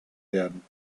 werden